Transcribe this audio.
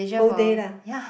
whole day lah